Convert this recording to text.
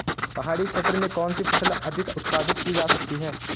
पहाड़ी क्षेत्र में कौन सी फसल अधिक उत्पादित की जा सकती है?